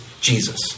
Jesus